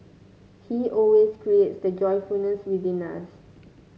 he always creates that joyfulness within us